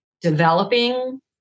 developing